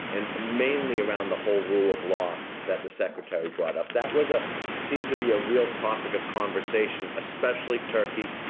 and mainly around the whole rule of law that the secretary brought up. that ah seemed to be a real topic of conversation, especially turkey,